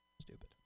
Stupid